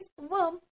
worm